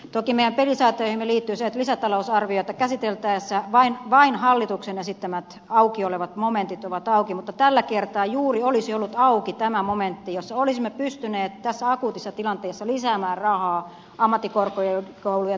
toki meidän pelisääntöihimme liittyy se että lisätalousarviota käsiteltäessä vain hallituksen esittämät auki olevat momentit ovat auki mutta juuri tällä kertaa olisi ollut auki tämä momentti jos olisimme pystyneet tässä akuutissa tilanteessa lisäämään rahaa ammattikorkeakoulujen tutkimus ja kehittämisrahaan